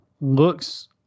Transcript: Looks